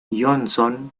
johnson